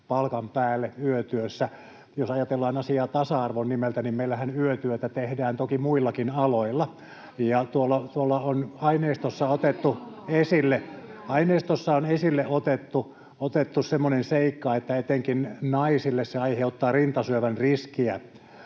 palkan päälle yötyössä. Jos ajatellaan asiaa tasa-arvon nimellä, niin meillähän yötyötä tehdään toki muillakin aloilla, [Vasemmalta: Nimenomaan!] ja tuolla on aineistossa otettu esille semmoinen seikka, että etenkin naisille se aiheuttaa rintasyövän riskiä.